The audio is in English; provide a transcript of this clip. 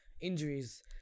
injuries